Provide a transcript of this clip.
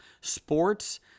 sports